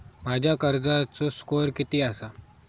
माझ्या कर्जाचो स्कोअर किती आसा?